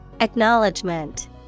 Acknowledgement